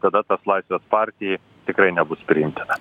tada tas laisvės partijai tikrai nebus priimtina